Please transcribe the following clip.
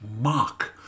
mock